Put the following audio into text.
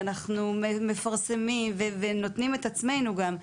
אנחנו מפרסמים ונותנים את עצמנו גם,